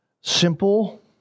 Simple